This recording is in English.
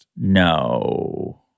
no